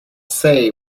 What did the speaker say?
say